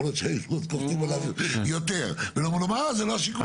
יכול להיות שהיינו קופצים עליו יותר ואומרים לו,